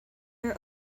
are